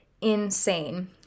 insane